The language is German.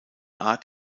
art